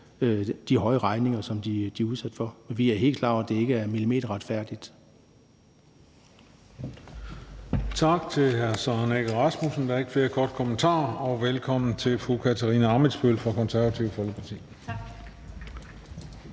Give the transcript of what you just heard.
de høje regninger, som de er udsat for. Vi er helt klar over, at det ikke er milimeterretfærdigt.